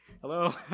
hello